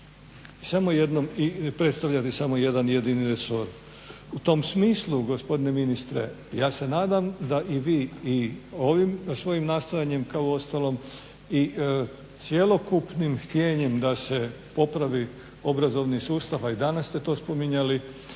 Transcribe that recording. i predstavljati samo jedan jedini resor. U tom smislu gospodine ministre ja se nadam da i vi i ovim svojim nastojanjem kao uostalom i cjelokupnim htjenjem da se popravi obrazovni sustav, a i danas ste to spominjali